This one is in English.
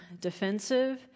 defensive